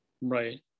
Right